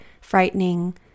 frightening